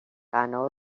غنا